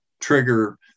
trigger